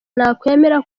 nakwemera